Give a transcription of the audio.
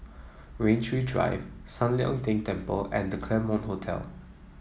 Rain Tree Drive San Lian Deng Temple and The Claremont Hotel